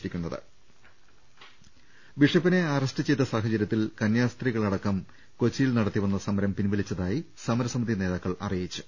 ലലലലലലലലലലലലല ബിഷപ്പിനെ അറസ്റ്റ് ചെയ്ത സാഹചര്യത്തിൽ കന്യാ സ്ത്രീകളടക്കം കൊച്ചിയിൽ നടത്തിവന്ന സമരം പിൻവ ലിച്ചതായി സമരസമിതി നേതാക്കൾ അറിയിച്ചു